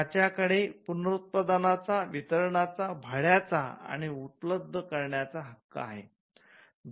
त्यांच्याकडे पुनरुत्पादनाचा वितरणाचा भाड्याच्या आणि उपलब्ध करण्याचा हक्क आहे